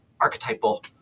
archetypal